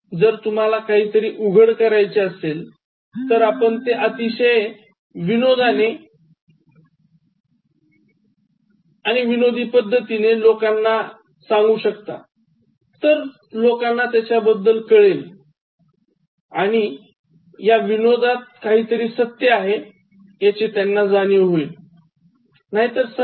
जर तुम्हाला काहीतरी उघड करायचे असेल तर आपण ते अतिशय विनोदी पद्धतीने लोकांना सांगितले तर लोकांना माहिती असत कि तुम्ही विनोद करत आहात पण त्यांना हे हि कळत कि या विनोदात काहीतरी सत्य आहे त्यांना याची जाणीव होते व सत्य इतरांपर्यंत सहज जात